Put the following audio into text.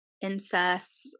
incest